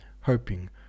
hoping